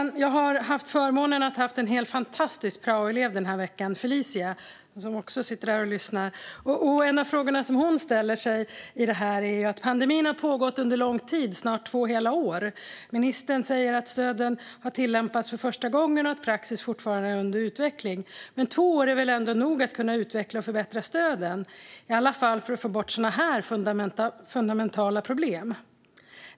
Jag har den här veckan haft förmånen att ha en helt fantastisk praoelev, Felicia, som sitter här och lyssnar. En av de frågor hon ställer sig i detta är: Pandemin har pågått under lång tid, snart två hela år. Ministern säger att stöden har tillämpats för första gången och att praxis fortfarande är under utveckling. Men två år är väl ändå nog med tid för att kunna utveckla och förbättra stöden, i alla fall för att få bort sådana här fundamentala problem?